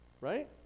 Right